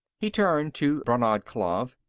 he turned to brannad klav.